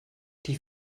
die